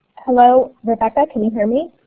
hello. rebecca, can you hear me?